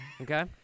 Okay